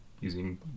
using